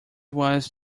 was